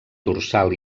dorsal